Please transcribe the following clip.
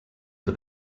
for